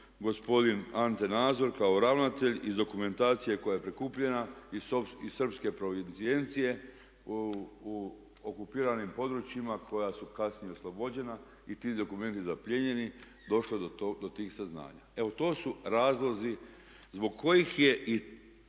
gospodin Ante Nazor kao ravnatelj iz dokumentacije koja je prikupljena iz srpske provicijencije u okupiranim područjima koja su kasnije oslobođena i ti dokumenti zaplijenjeni došlo do tih saznanja. Evo to su razlozi zbog kojih je i